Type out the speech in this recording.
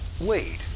wait